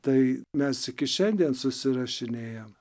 tai mes iki šiandien susirašinėjam